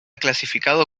clasificado